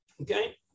Okay